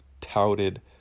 touted